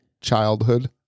childhood